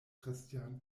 christian